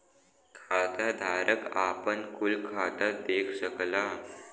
खाताधारक आपन कुल खाता देख सकला